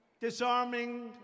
disarming